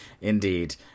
Indeed